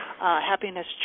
happiness